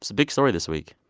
so big story this week.